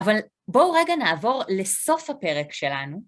אבל... בואו רגע נעבור לסוף הפרק שלנו.